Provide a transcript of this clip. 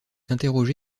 interrogé